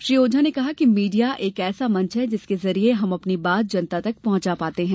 श्री ओझा ने कहा कि मीडिया एक ऐसा मंच है जिसके जरिए हम अपनी बात जनता तक पहुंचा पाते हैं